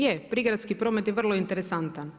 Je, prigradski promet je vrlo interesantan.